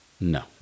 No